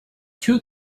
two